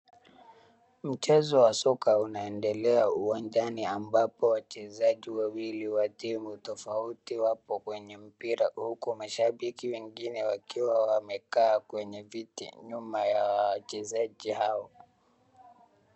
Mchezo wa soka uanendelea uwanjani ambapo wachezaji wawili wa timu tofauti wako kwenye mpira huku mashabiki wamekaa kwenye viti nyuma ya wachezaji hao.